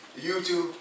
YouTube